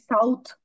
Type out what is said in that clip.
South